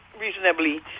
reasonably